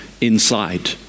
inside